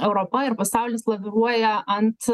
europa ir pasaulis laviruoja ant